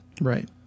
Right